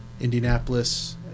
Indianapolis